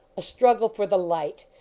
a struggle for the light.